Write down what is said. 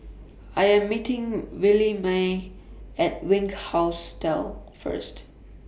I Am meeting Williemae At Wink Hostel First